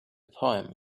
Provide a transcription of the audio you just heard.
poem